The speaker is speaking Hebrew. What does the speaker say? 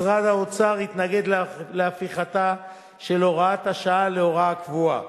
משרד האוצר התנגד להפיכתה של הוראת השעה להוראה קבועה.